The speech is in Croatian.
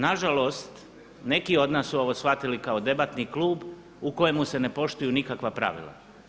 Na žalost, neki od nas su ovo shvatili kao debatni klub u kojemu se ne poštuju nikakva pravila.